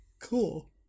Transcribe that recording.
Cool